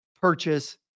purchase